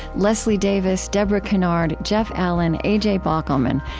leslie davis, debra kennard, jeff allen, a j. bockelman,